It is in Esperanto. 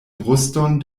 bruston